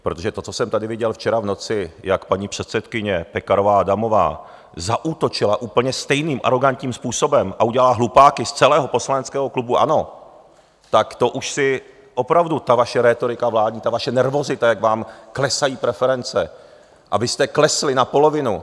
Protože to, co jsem tady viděl včera v noci, jak paní předsedkyně Pekarová Adamová zaútočila úplně stejným arogantním způsobem a udělala hlupáky z celého poslaneckého klubu ANO, tak to už je opravdu ta vaše rétorika vládní, ta vaše nervozita, jak vám klesají preference, a vy jste klesli na polovinu.